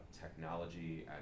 technology